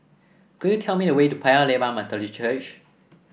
could you tell me the way to Paya Lebar Methodist Church